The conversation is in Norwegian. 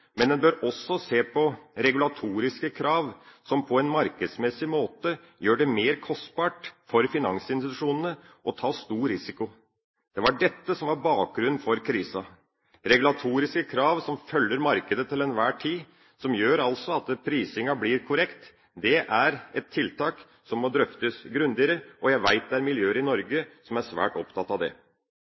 men en bør også se på regulatoriske krav som på en markedsmessig måte gjør det mer kostbart for finansinstitusjonene å ta stor risiko. Det var dette som var bakgrunnen for krisen – regulatoriske krav som følger markedet til enhver tid, som altså gjør at prisingen blir korrekt. Det er et tiltak som må drøftes grundigere, og jeg vet det er miljøer i Norge som er svært opptatt av det.